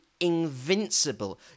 invincible